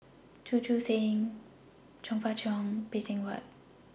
Chu Chee Seng Chong Fah Cheong and Phay Seng Whatt